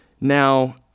Now